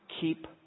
Keep